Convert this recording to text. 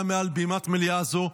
גם מעל בימת מליאה זו,